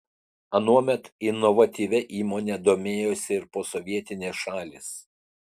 anuomet inovatyvia įmone domėjosi ir posovietinės šalys